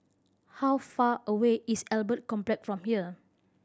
how far away is Albert Complex from here